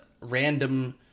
random